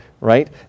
right